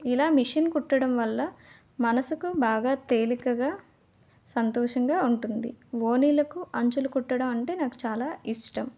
ఇలా మెషిన్ కుట్టడం వల్ల మనసుకు బాగా తేలికగా సంతోషంగా ఉంటుంది ఓనీలకు అంచులు కుట్టడం అంటే నాకు చాలా ఇష్టం